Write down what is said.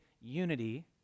unity